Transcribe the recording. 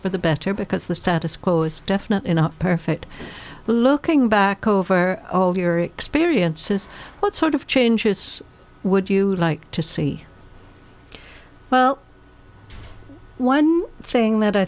for the better because the status quo is definitely not perfect but looking back over all of your experiences what sort of changes would you like to see well one thing that i